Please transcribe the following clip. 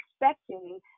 expecting